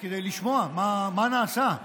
לשמוע מה נעשה.